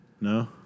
No